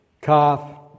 Cough